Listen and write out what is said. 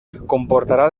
comportarà